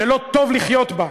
שלא טוב לחיות בה,